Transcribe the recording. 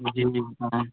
جی جی